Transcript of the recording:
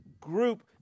group